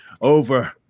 over